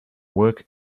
work